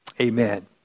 Amen